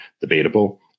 debatable